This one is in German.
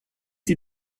die